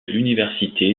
l’université